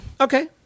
Okay